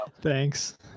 Thanks